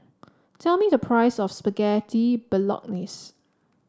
tell me the price of Spaghetti Bolognese